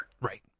Right